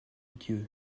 dieu